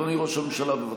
אדוני ראש הממשלה, בבקשה.